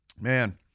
Man